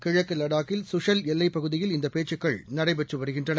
கிழக்கு லடாக்கில் சுஷல் எல்லைப் பகுதியில் இந்தப் பேச்சுக்கள் நடைபெற்று வருகின்றன